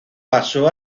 pasó